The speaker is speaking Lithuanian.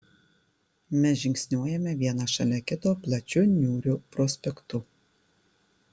mes žingsniuojame vienas šalia kito plačiu niūriu prospektu